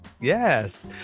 Yes